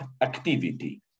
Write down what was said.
activity